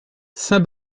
saint